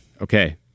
Okay